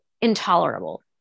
intolerable